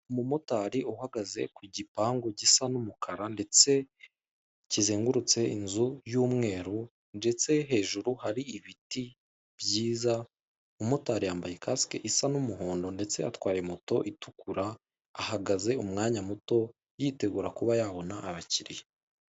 Umumotari uhagaze ku gipangu gisa n'umukara ndetse kizengurutse inzu y'umweru, ndetse hejuru hari ibiti byiza, umumotari yambaye kasike isa n'umuhondo ndetse atwaye moto itukura ahagaze umwanya muto yitegura kuba yabona abakiliya.